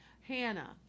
Hannah